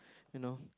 you know